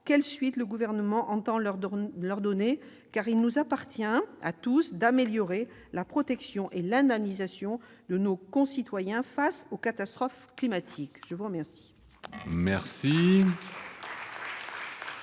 quelles suites le Gouvernement entend leur donner. En effet, il nous appartient à tous d'améliorer la protection et l'indemnisation de nos concitoyens face aux catastrophes climatiques. La parole